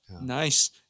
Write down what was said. Nice